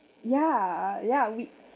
ya ah yeah we